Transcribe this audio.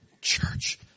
church